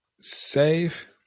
Save